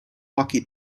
hockey